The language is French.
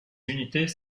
unités